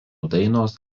dainos